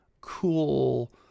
cool